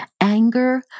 Anger